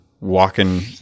walking